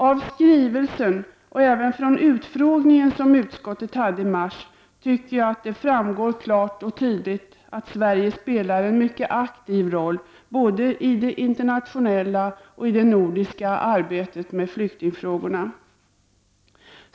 Av skrivelsen och även av den utfrågning som utskottet hade i mars tycker jag att det framgår klart och tydligt att Sverige spelar en mycket aktiv roll både i det internationella och i det nordiska arbetet kring flyktingfrågorna.